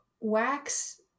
Wax